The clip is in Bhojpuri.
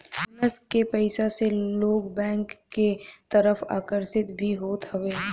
बोनस के पईसा से लोग बैंक के तरफ आकर्षित भी होत हवे